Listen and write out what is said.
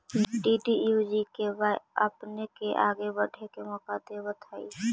DDUGKY आपपने के आगे बढ़े के मौका देतवऽ हइ